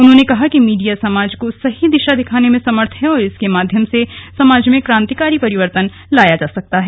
उन्होंने कहा कि मीडिया समाज को सही दिशा दिखाने में समर्थ है और इसके माध्यम से समाज में क्रांतिकारी परिवर्तन लाया जा सकता है